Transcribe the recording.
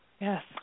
Yes